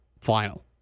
final